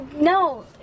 No